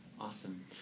Awesome